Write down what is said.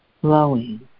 flowing